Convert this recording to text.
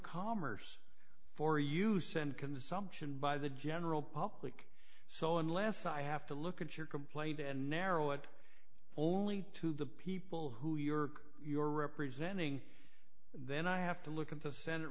commerce for you send consumption by the general public so unless i have to look at your complaint and narrow it only to the people who york you are representing then i have to look at the senate